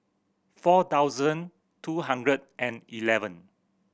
four thousand two hundred and eleven